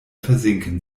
versinken